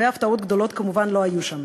והפתעות גדולות כמובן לא היו שם.